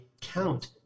count